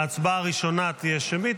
ההצבעה הראשונה תהיה שמית,